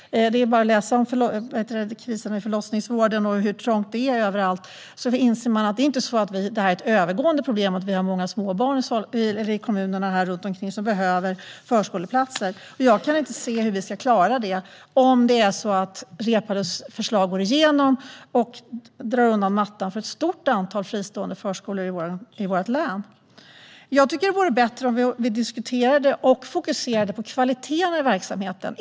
Det är bara att läsa om kriserna i förlossningsvården och hur trångt det är överallt. Det är inte ett övergående problem med många små barn i kommunerna som behöver förskoleplatser. Jag kan inte se hur vi ska klara detta om Reepalus förslag går igenom och drar undan mattan för ett stort antal fristående förskolor i vårt län. Det vore bättre om vi diskuterade och fokuserade på kvaliteterna i verksamheten.